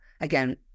again